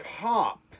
cop